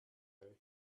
way